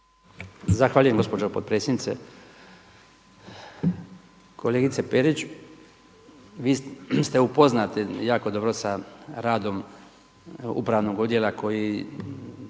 Zahvaljujem gospođo potpredsjednice. Kolegice Perić, vi ste upoznati jako dobro sa radom upravnog odjela koji